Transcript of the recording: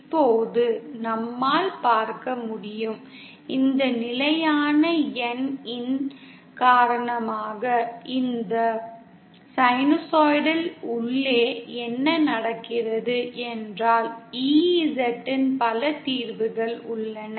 இப்போது நம்மால் பார்க்க முடியும் இந்த நிலையான n இன் காரணமாக இந்த சைனூசாய்டல் உள்ளே என்ன நடக்கிறது என்றால் EZ இன் பல தீர்வுகள் உள்ளன